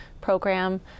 program